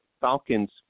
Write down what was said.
Falcons